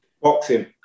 Boxing